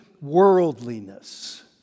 worldliness